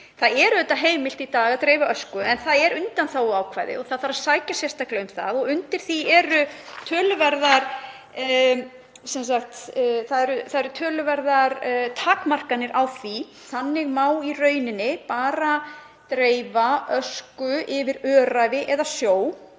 Það er heimilt í dag að dreifa ösku en það er undanþáguákvæði og það þarf að sækja sérstaklega um það og á því eru töluverðar takmarkanir. Þannig má í raun bara dreifa ösku yfir öræfi eða sjó